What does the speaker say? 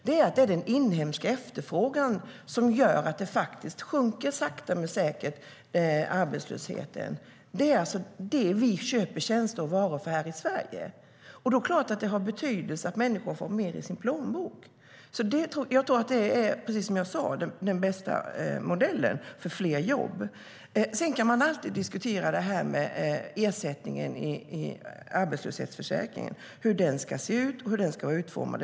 Det är den inhemska efterfrågan som gör att arbetslösheten faktiskt sjunker sakta men säkert. Det är alltså det vi köper tjänster och varor för här i Sverige. Då är det klart att det har betydelse att människor får mer i plånboken. Jag tror att det är, precis som jag sa, den bästa modellen för fler jobb. Man kan alltid diskutera hur ersättningen i arbetslöshetsförsäkringen ska se ut och vara utformad.